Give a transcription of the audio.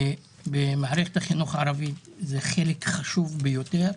במערכת החינוך הערבית זה חלק חשוב ביותר,